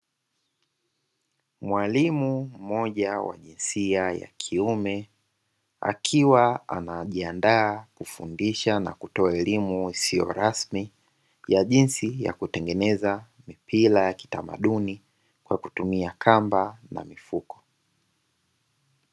Mwalimu mmoja wa jinsia ya kiume akiwa anajiandaa kufundisha, na kutoa elimu isio rasmi ya jinsi ya kutengeneza mipira ya kitamaduni kwa kutumia kamba na mifuko.